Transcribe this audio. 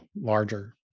larger